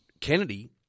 Kennedy